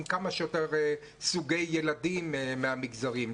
עם כמה שיותר סוגי ילדים מהמגזרים.